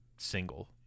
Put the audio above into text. single